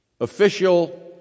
official